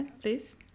please